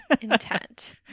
intent